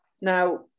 Now